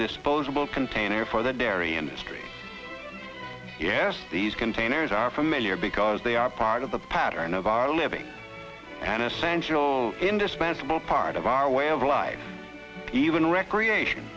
disposable container for the dairy industry yes these containers are familiar because they are part of the pattern of our living an essential indispensable part of our way of life even recreation